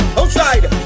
outside